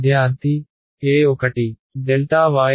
విద్యార్థి E 1 y2